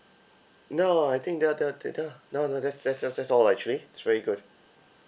no I think that would that would that that would no no that's that's that's that's all actually it's very good